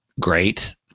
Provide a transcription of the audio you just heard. great